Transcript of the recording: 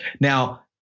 Now